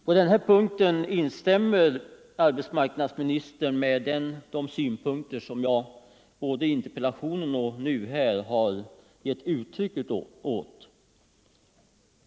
På den här punkten instämmer arbetsmarknadsministern med de syn punkter jag gett uttryck åt i interpellationen.